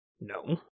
no